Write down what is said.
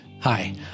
Hi